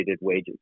wages